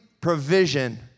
provision